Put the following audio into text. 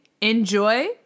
enjoy